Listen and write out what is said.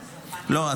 --- לא.